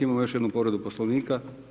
Imamo još jednu povredu Poslovnika?